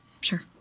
sure